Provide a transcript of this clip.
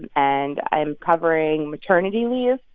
and and i'm covering maternity leave.